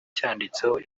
cyanditseho